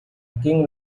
king